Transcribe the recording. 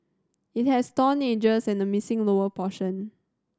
it has torn edges and missing lower portion